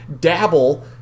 dabble